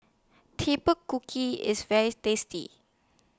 Kuki IS very tasty